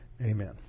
Amen